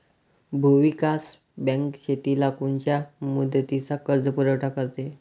भूविकास बँक शेतीला कोनच्या मुदतीचा कर्जपुरवठा करते?